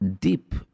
deep